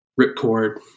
ripcord